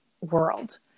world